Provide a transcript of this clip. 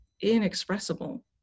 inexpressible